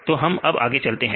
तो हम आगे चलते हैं